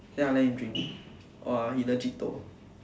then I let him drink !wah! he legit toh